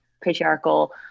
patriarchal